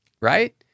right